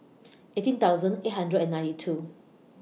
eighteen thousand eight hundred and ninety two